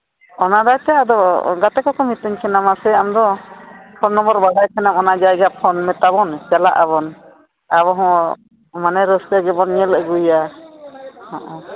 ᱚᱱᱟᱫᱚ ᱮᱱᱛᱮᱫ ᱟᱫᱚ ᱜᱟᱛᱮ ᱠᱚ ᱥᱟᱶ ᱢᱟᱥᱮ ᱟᱢᱫᱚ ᱯᱷᱳᱱ ᱱᱟᱢᱵᱟᱨ ᱵᱟᱰᱟᱭ ᱥᱟᱱᱟ ᱠᱟᱱᱟ ᱚᱱᱟ ᱡᱟᱭᱜᱟ ᱠᱷᱚᱱ ᱢᱮᱛᱟᱜ ᱟᱵᱚᱱ ᱪᱟᱞᱟᱜ ᱟᱵᱚᱱ ᱟᱵᱚᱦᱚᱸ ᱢᱚᱱᱮ ᱨᱟᱹᱥᱠᱟᱹ ᱜᱮᱵᱚᱱ ᱧᱮᱞ ᱟᱹᱜᱩᱭᱟ